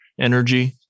energy